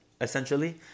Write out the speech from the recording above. Essentially